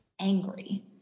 angry